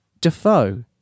Defoe